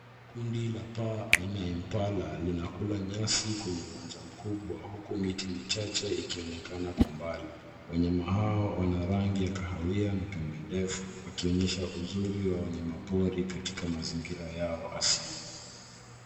Kundi la paa aina la impala linakula nyasi kwenye uwanja mkubwa huku miti michache ikionekana kwa umbali. Wanyama hawa wana rangi ya kahawia na pembe ndefu wakionyesha uzuri wa wanyama pori katika mazingira yao asili.